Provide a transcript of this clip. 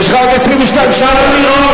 אפשר לראות,